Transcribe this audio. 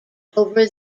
over